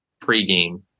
pregame